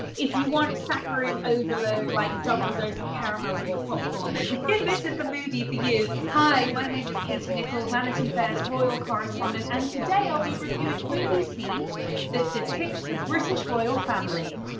if you want saccharine overload like double dose of caramel with your popcorn then this is the movie for you. hi, my name is katie nicholl, vanity fair's royal correspondent and today i'll be reviewing movie scenes that depict the british royal family.